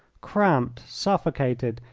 cramped, suffocated,